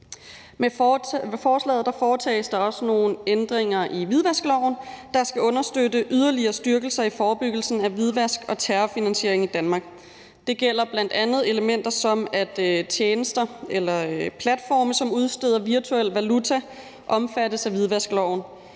Med forslaget foretages der også nogle ændringer i hvidvaskloven, der skal understøtte yderligere styrkelser i forebyggelsen af hvidvask og terrorfinansiering i Danmark. Det gælder bl.a. elementer, som at tjenester eller platforme, som udsteder virtuel valuta, omfattes af hvidvaskloven;